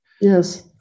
Yes